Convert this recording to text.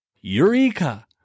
Eureka